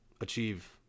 achieve